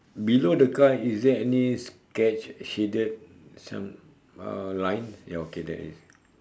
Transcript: below the car is there any sketch shaded some uh line ya okay there is